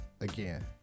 Again